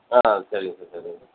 ஆ சரிங்க சார் சரிங்க சார்